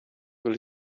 will